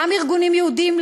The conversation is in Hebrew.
גם ארגונים יהודיים,